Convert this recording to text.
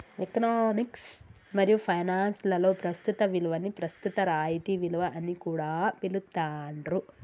economics మరియు finance లలో ప్రస్తుత విలువని ప్రస్తుత రాయితీ విలువ అని కూడా పిలుత్తాండ్రు